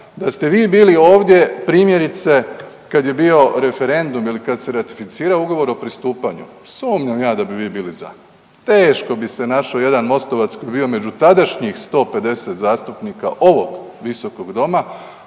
da ste vi bili ovdje primjerice kad je bio referendum ili kad se ratificirao ugovor o pristupanju sumnjam ja da bi vi bili za. Teško bi se našao jedan Mostovac koji bi među tadašnjih 150 zastupnika ovog Visokog doma